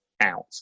out